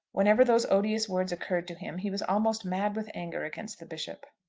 whenever those odious words occurred to him he was almost mad with anger against the bishop.